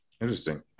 Interesting